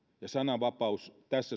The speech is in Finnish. tässä